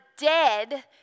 dead